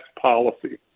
policy